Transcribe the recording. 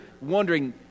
wondering